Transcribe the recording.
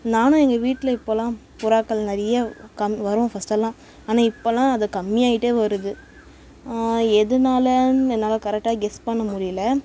நானும் எங்கள் வீட்டில் இப்போல்லாம் புறாக்கள் நிறைய கம் வரும் ஃபஸ்ட்டெல்லாம் ஆனால் இப்போல்லாம் அது கம்மியாயிட்டே வருது எதுனாலேன்னு என்னால் கரெக்டாக கெஸ் பண்ண முடியல